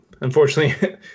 Unfortunately